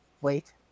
wait